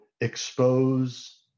expose